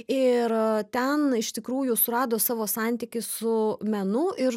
ir ten iš tikrųjų surado savo santykį su menu ir